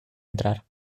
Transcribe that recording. entrar